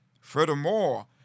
Furthermore